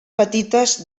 petites